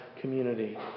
community